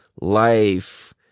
life